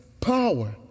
power